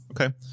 Okay